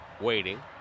Waiting